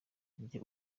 rye